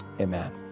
Amen